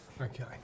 Okay